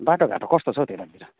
बाटोघाटो कस्तो छौ तेतातिर